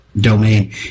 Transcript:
domain